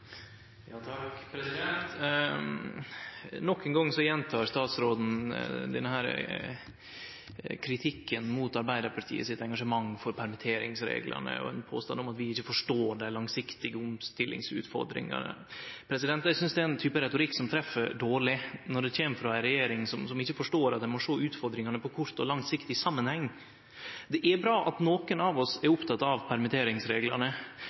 gong gjentek statsråden denne kritikken mot Arbeidarpartiet sitt engasjement for permitteringsreglane og ein påstand om at vi ikkje forstår dei langsiktige omstillingsutfordringane. Eg synest det er ein type retorikk som treff dårleg når det kjem frå ei regjering som ikkje forstår at ein må sjå utfordringane på kort og lang sikt i samanheng. Det er bra at nokon av oss er opptekne av